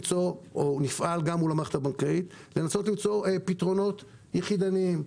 נפעל גם מול המערכת כדי לנסות למצוא פתרונות יחידניים.